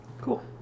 cool